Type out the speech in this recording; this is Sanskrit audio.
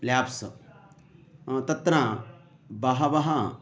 ल्याप्स् तत्र बहवः